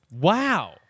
wow